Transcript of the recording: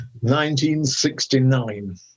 1969